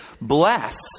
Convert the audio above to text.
Bless